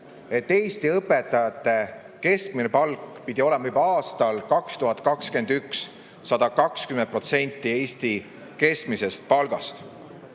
Eesti õpetajate keskmine palk pidi olema juba 2021. aastal 120% Eesti keskmisest palgast.